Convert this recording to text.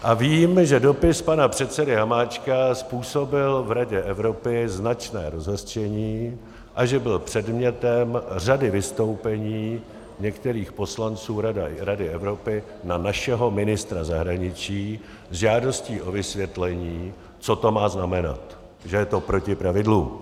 A vím, že dopis pana předsedy Hamáčka způsobil v Radě Evropy značné rozhořčení a byl předmětem řady vystoupení některých poslanců Rady Evropy na našeho ministra zahraničí s žádostí o vysvětlení, co to má znamenat, že je to proti pravidlům.